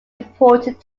important